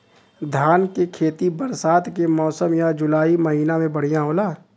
धान के खेती बरसात के मौसम या जुलाई महीना में बढ़ियां होला?